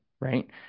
Right